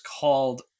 called